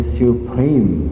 supreme